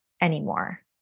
anymore